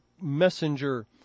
messenger